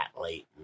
late